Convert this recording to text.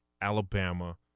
Alabama